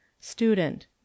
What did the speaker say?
Student